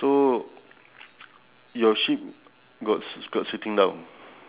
ya score board different and uh I have a bowling pin